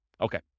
Okay